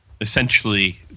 essentially